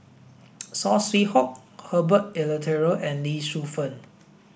Saw Swee Hock Herbert Eleuterio and Lee Shu Fen